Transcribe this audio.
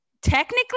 Technically